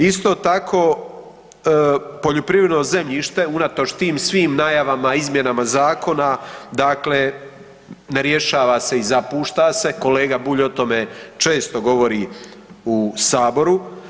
Isto tako, poljoprivredno zemljište unatoč tim svim najavama, izmjenama zakona, dakle ne rješava se i zapušta se, kolega Bulj o tome često govori u Saboru.